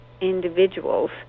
individuals